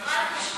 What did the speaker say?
חבל.